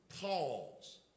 Pause